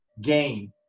gain